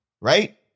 right